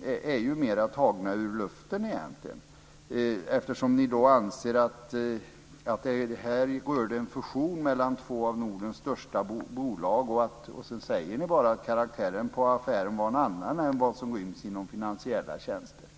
är mer tagen ur luften. Ni anser att det här rör en fusion mellan två av Nordens största bolag och att karaktären på affären var en annan än vad som ryms inom finansiella tjänster.